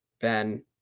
Ben